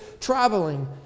traveling